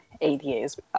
ada's